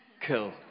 Cool